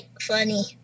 funny